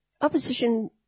opposition